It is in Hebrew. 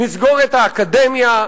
נסגור את האקדמיה,